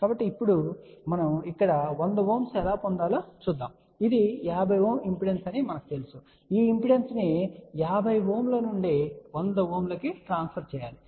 కాబట్టి ఇప్పుడు మనం ఇక్కడ 100 Ω ఎలా పొందాలో చూద్దాం ఇది 50 Ω ఇంపిడెన్స్ అని మనకు తెలుసు ఈ ఇంపిడెన్స్ ను 50 Ω నుండి 100Ω కు ట్రాన్స్ఫర్ చేయాలి